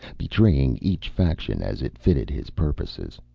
betraying each faction as it fitted his purposes.